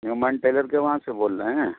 human tailor کے یہاں سے بول رہے ہیں